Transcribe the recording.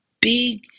big